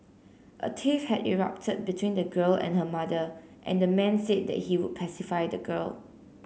a tiff had erupted between the girl and her mother and the man said that he would pacify the girl